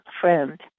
friend